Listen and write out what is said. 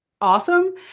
awesome